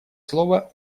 слово